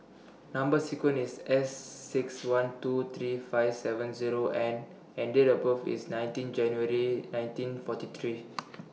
Number sequence IS S six one two three five seven Zero N and Date of birth IS nineteen January nineteen forty three